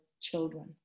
children